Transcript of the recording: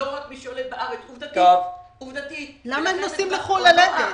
לא רק מי שיולד בארץ --- למה הם נוסעים לחו"ל ללדת?